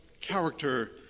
character